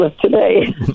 today